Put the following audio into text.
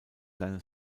seine